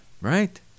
Right